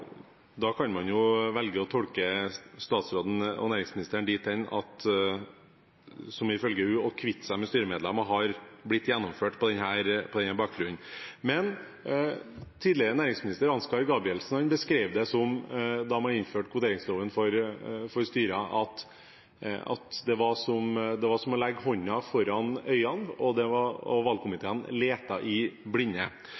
Da kan man jo velge å tolke næringsministeren dit hen at ifølge henne er det å kvitte seg med styremedlemmer blitt gjennomført på denne bakgrunn. Tidligere næringsminister Ansgar Gabrielsen beskrev det som, da man innførte kvoteringsloven for styrene, at det var som å legge hånden foran øynene, og valgkomiteen leter i blinde. Hvis man nå skal legge til grunn at statsråden har kvittet seg med styremedlemmer, slik hun beskrev det,